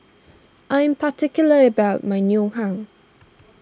I am particular about my Ngoh Hiang